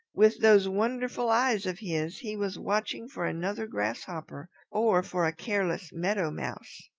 with those wonderful eyes of his he was watching for another grasshopper or for a careless meadow mouse.